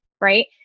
right